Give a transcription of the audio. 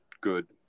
good